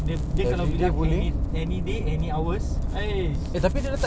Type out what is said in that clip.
dia dia kalau bilang any day any hours